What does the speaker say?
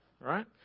right